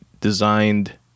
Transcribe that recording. designed